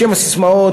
בשם הססמאות,